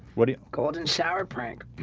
what are you golden shower prank?